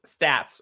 stats